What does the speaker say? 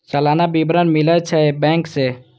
सलाना विवरण मिलै छै बैंक से?